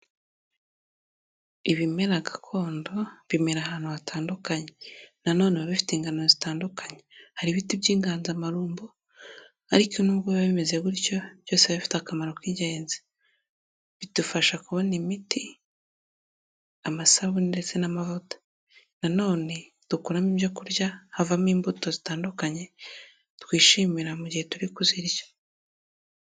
Ibimera gakondo, bimera ahantu hatandukanye. Nanone biba bifite ingano zitandukanye; hari ibiti by'inganzamarumbu, ariko nubwo biba bimeze gutyo, byose biba bifite akamaro k'ingenzi. Bidufasha kubona imiti, amasabune ndetse n'amavuta. Nanone dukuramo ibyo kurya, havamo imbuto zitandukanye, twishimira mu gihe turi kuzirya.